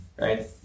right